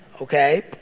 okay